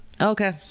Okay